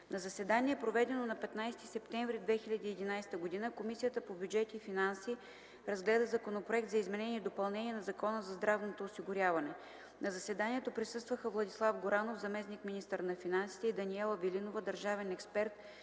На заседание, проведено на 15 септември 2011 г., Комисията по бюджет и финанси разгледа Законопроект за изменение и допълнение на Закона за здравното осигуряване. На заседанието присъстваха Владислав Горанов – заместник-министър на финансите, и Даниела Велинова – държавен експерт